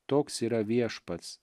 toks yra viešpats